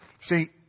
See